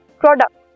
product